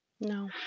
No